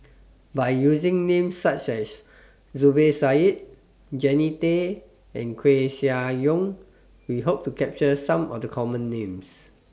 By using Names such as Zubir Said Jannie Tay and Koeh Sia Yong We Hope to capture Some of The Common Names